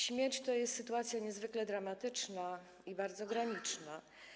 Śmierć to sytuacja niezwykle dramatyczna i bardzo graniczna.